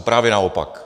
Právě naopak.